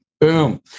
Boom